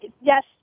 yes